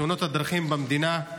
תאונות הדרכים במדינה.